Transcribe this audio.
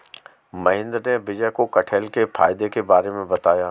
महेंद्र ने विजय को कठहल के फायदे के बारे में बताया